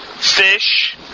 fish